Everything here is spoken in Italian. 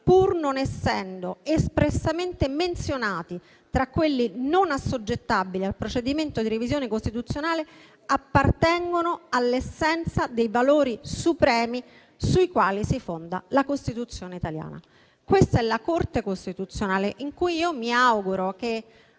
pur non essendo espressamente menzionati tra quelli non assoggettabili al procedimento di revisione costituzionale, appartengono all'essenza dei valori supremi sui quali si fonda la Costituzione italiana». Questa è la Corte costituzionale, nei cui confronti mi auguro che